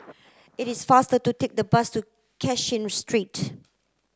it is faster to take the bus to Cashin Street